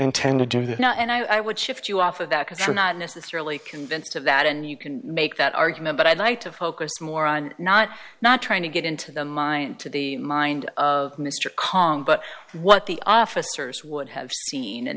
intended to do that now and i would shift you off of that because you're not necessarily convinced of that and you can make that argument but i'd like to focus more on not not trying to get into the mind to the mind of mr kong but what the officers would have seen in